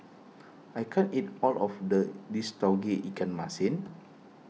I can't eat all of the this Tauge Ikan Masin